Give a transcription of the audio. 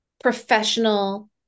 professional